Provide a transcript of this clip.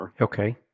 Okay